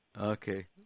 Okay